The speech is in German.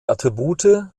attribute